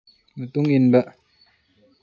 ꯃꯇꯨꯡ ꯏꯟꯕ